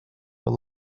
but